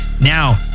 Now